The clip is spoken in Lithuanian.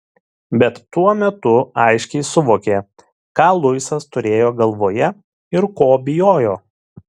bet tuo metu aiškiai suvokė ką luisas turėjo galvoje ir ko bijojo